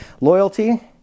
loyalty